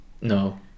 No